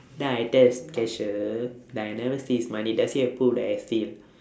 then I tell this cashier that I never see his money does he have proof that I steal